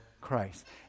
Christ